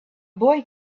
boy